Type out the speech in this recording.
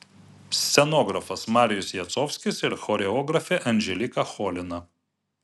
scenografas marijus jacovskis ir choreografė anželika cholina